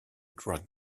drag